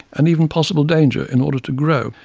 and even possible danger, in order to grow,